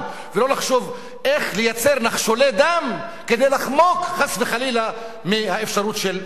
ולא לחשוב איך לייצר נחשולי דם כדי לחמוק חס וחלילה מהאפשרות של שלום.